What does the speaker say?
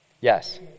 Yes